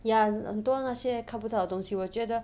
ya 很很多那些看不到东西我觉得